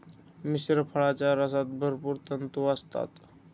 मिश्र फळांच्या रसात भरपूर तंतू असतात